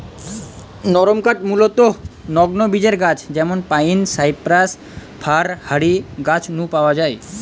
নরমকাঠ মূলতঃ নগ্নবীজের গাছ যেমন পাইন, সাইপ্রাস, ফার হারি গাছ নু পাওয়া যায়